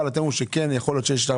אבל אתם אומרים שכן יכול להיות שיש תחנה